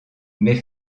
mais